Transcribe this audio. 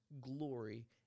glory